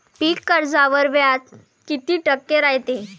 पीक कर्जावर व्याज किती टक्के रायते?